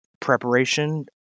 preparation